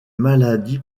maladies